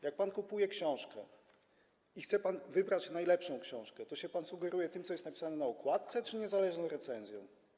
Jak pan kupuje książkę i chce pan wybrać najlepszą książkę, to sugeruje się pan tym, co jest napisane na okładce czy niezależną recenzją?